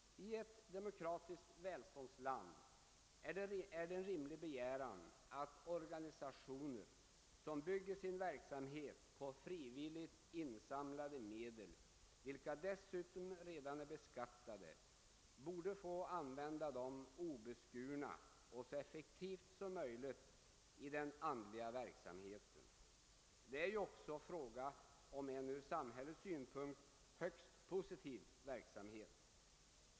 I ett demokratiskt välståndsland är det en rimlig begäran, att organisationer, som bygger sin verksamhet på frivilligt insamlade medel, vilka dessutom redan är beskattade, borde få använda dem obeskurna och så effektivt som möjligt i den andliga verksamheten. Det är ju även fråga om en ur samhällssynpunkt högst positiv verksamhet.